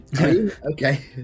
okay